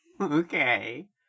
Okay